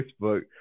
Facebook